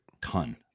Ton